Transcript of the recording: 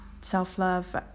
self-love